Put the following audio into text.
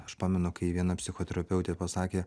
aš pamenu kai viena psichoterapeutė pasakė